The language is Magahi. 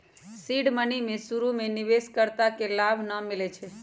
सीड मनी में शुरु में निवेश कर्ता के लाभ न मिलै छइ